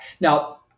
Now